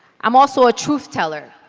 i'm also a truth teller.